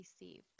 received